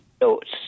notes